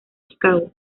chicago